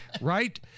right